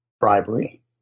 bribery